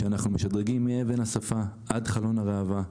שאנחנו משדרגים מאבן השפה עד חלון הראווה,